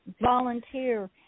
Volunteer